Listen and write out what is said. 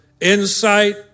insight